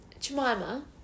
Jemima